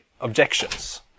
objections